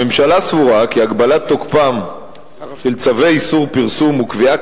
הממשלה סבורה כי הגבלת תוקפם של צווי איסור פרסום וקביעה